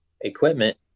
equipment